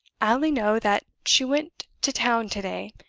i only know that she went to town to-day,